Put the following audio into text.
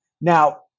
Now